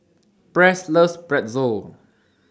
Press loves Pretzel